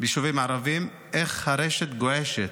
ביישובים ערביים, איך הרשת גועשת,